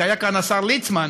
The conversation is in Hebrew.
היה כאן השר ליצמן.